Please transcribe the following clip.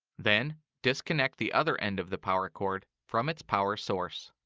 then, disconnect the other end of the power cord from its power source.